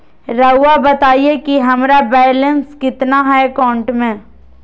रहुआ बताएं कि हमारा बैलेंस कितना है अकाउंट में?